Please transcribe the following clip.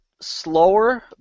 slower